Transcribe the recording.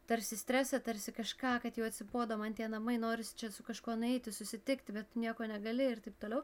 tarsi stresą tarsi kažką kad jau atsibodo man tie namai noris čia su kažkuo nueiti susitikti bet nieko negali ir taip toliau